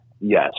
Yes